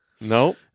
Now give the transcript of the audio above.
No